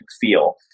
feel